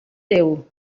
déu